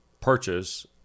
purchase